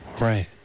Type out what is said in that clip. Right